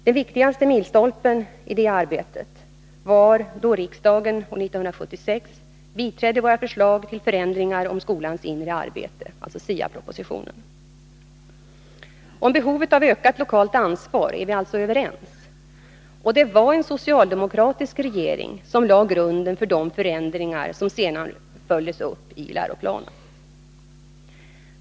Den viktigaste milstolpen i det arbetet var då riksdagen år 1976 biträdde våra förslag till förändringar om skolans inre arbete, SIA-propositionen. Om behovet av ökat lokalt ansvar är vi alltså överens, och det var en socialdemokratisk regering som lade grunden för de förändringar som sedan följdes upp i den nya läroplanen.